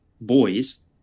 boys